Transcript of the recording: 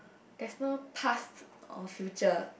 there's no path or future